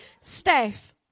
Steph